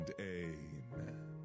amen